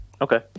Okay